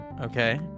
Okay